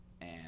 and-